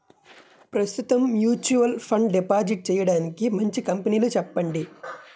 ప్రస్తుతం mutual fund deposit చేయడానికి మంచి కంపెనీలు చెప్పండి